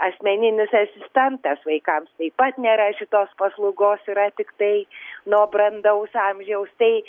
asmeninis asistentas vaikams taip pat nėra šitos paslaugos yra tiktai nuo brandaus amžiaus tai